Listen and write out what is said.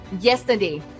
yesterday